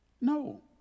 No